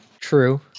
True